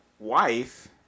wife